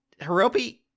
Hirobi